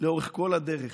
לאורך כל הדרך,